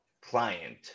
client